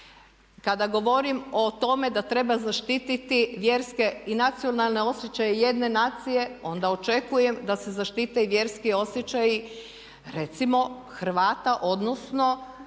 Kada govorim o tome da treba zaštititi vjerske i nacionalne osjećaje jedne nacije onda očekujem da se zaštite i vjerski osjećaji recimo Hrvata odnosno Katolika.